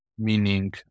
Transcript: meaning